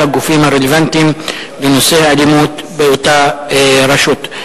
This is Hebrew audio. הגופים הרלוונטיים לנושא האלימות באותה רשות.